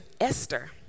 Esther